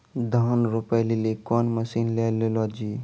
धान रोपे लिली कौन मसीन ले लो जी?